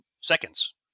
seconds